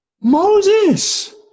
Moses